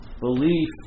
Belief